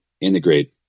integrate